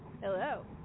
Hello